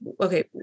okay